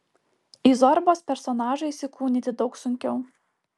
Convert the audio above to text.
į zorbos personažą įsikūnyti daug sunkiau